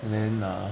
and then err